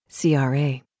CRA